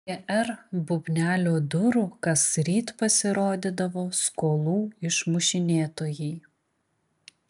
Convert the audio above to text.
prie r bubnelio durų kasryt pasirodydavo skolų išmušinėtojai